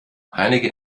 einige